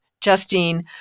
Justine